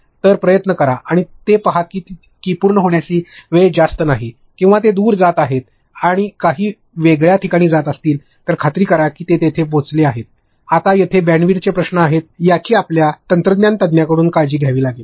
तर प्रयत्न करा आणि ते पहा की पूर्ण होण्याची वेळ जास्त नाही किंवा ते दूर जात आहेत किंवा काही वेगळ्या ठिकाणी जात असतील तर खात्री आहे की ते तेथेच पोचले आहे आता तेथे बँडविड्थचे प्रश्न कसे आहेत याची आपल्या तंत्रज्ञान तज्ञाकडून काळजी घ्यावी लागेल